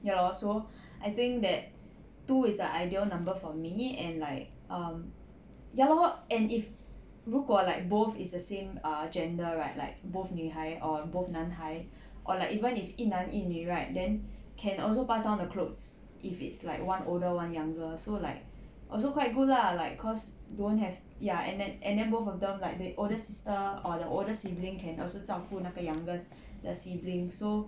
ya lor so I think that two is an ideal number for me and like um ya lor and if 如果 like both is the same err gender right like both 女孩 or both 男孩 or like even if 一男一女 right then can also pass down the clothes if it's like one older one younger so like also quite good lah like cause don't have ya and then and then both of them like the older sister or the older sibling can also 照顾那个 youngest 的 sibling so